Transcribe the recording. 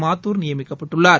மாத்தூர் நியமிக்கப்பட்டுள்ளார்